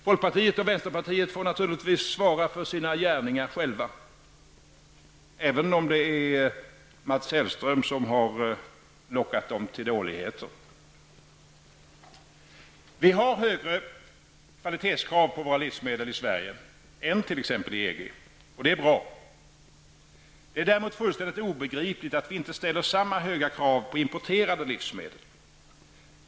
Folkpartiet och vänsterpartiet får naturligtvis själva svara för sina gärningar, även om det är Mats Hellström som lockat dem till dåligheter. Vi har högre kvalitetskrav på våra livsmedel i Sverige än t.ex. i EG, och det är bra. Det är däremot fullständigt obegripligt att vi inte ställer samma höga krav på importerade livsmedel.